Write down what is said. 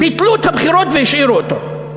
ביטלו את הבחירות והשאירו אותו.